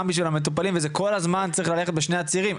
בשביל המטופלים וזה כל הזמן צריך ללכת בשני הצירים,